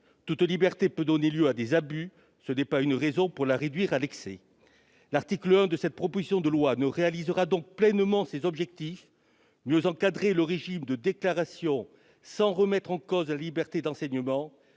Toute liberté peut donner lieu à des abus, ce n'est pas une raison pour la réduire à l'excès. L'article 1 de la proposition de loi ne réalisera donc pleinement ses objectifs- mieux encadrer le régime de déclaration sans remettre en cause la liberté d'enseignement